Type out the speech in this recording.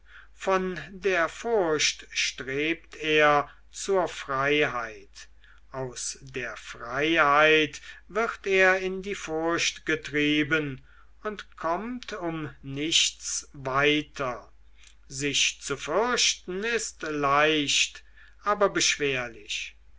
von der furcht strebt er zur freiheit aus der freiheit wird er in die furcht getrieben und kommt um nichts weiter sich zu fürchten ist leicht aber beschwerlich